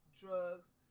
drugs